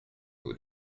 who